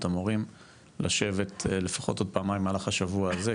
המורים לשבת לפחות עוד פעמיים במהלך השבוע הזה,